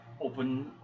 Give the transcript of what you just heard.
open